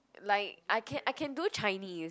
like I can I can do Chinese